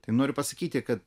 tai noriu pasakyti kad